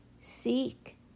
seek